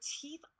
teeth